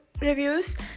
reviews